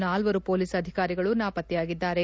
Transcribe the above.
ನಾಲ್ವರು ಪೊಲೀಸ್ ಅಧಿಕಾರಿಗಳು ನಾಪತ್ತೆಯಾಗಿದ್ದಾರೆ